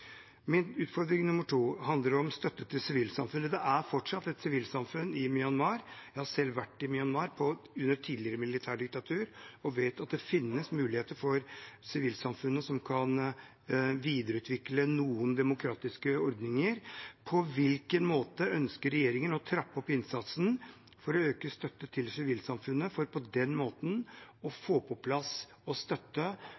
Min utfordring nummer to handler om støtte til sivilsamfunnet. Det er fortsatt et sivilsamfunn i Myanmar. Jeg har selv vært i Myanmar under et tidligere militærdiktatur og vet at det finnes muligheter for sivilsamfunnet til å videreutvikle noen demokratiske ordninger. På hvilken måte ønsker regjeringen å trappe opp innsatsen for å øke støtte til sivilsamfunnet, for på den måten å